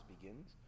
begins